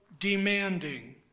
demanding